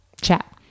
chat